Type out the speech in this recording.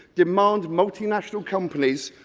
demand multinational companies,